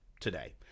today